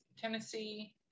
Tennessee